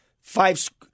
five